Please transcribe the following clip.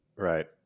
Right